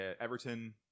Everton